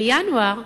בינואר,